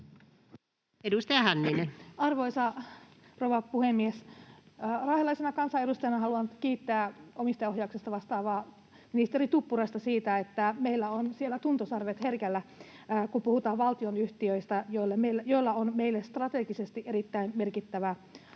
Edustaja Hänninen. Arvoisa rouva puhemies! Raahelaisena kansanedustajana haluan kiittää omistajaohjauksesta vastaavaa ministeri Tuppuraista siitä, että meillä on siellä tuntosarvet herkällä, kun puhutaan valtionyhtiöistä, joista on meille strategisesti erittäin merkittävä